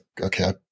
okay